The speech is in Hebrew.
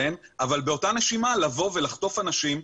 אבל באותה נשימה לבוא ולחטוף אנשים,